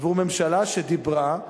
עבור ממשלה שדיברה,